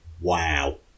wow